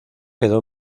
quedó